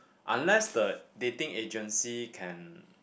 unless the dating agency can